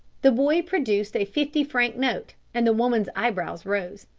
the boy produced a fifty-franc note, and the woman's eyebrows rose.